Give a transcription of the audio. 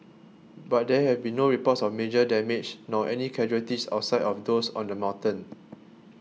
but there have been no reports of major damage nor any casualties outside of those on the mountain